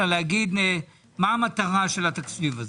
אל תקריא מן הדפים אלא תגיד מה המטרה של התקציב הזה.